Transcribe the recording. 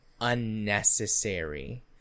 unnecessary